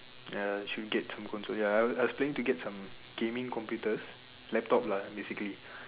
ya should get some console ya I was I was planning to get some gaming computers laptop lah basically